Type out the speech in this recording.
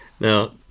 now